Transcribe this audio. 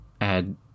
add